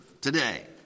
today